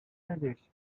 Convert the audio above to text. others